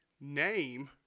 Name